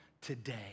today